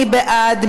מי בעד?